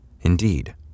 Indeed